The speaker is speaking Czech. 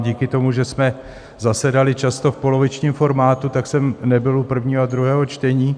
Díky tomu, že jsme zasedali často v polovičním formátu, tak jsem nebyl u prvního a u druhého čtení.